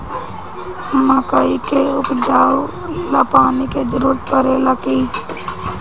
मकई के उपजाव ला पानी के जरूरत परेला का?